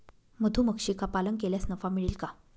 मधुमक्षिका पालन केल्यास नफा मिळेल का?